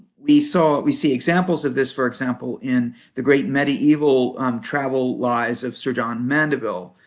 we so we see examples of this, for example, in the great medieval um travel lies of sir john mandeville,